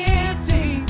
empty